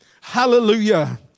Hallelujah